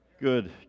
Good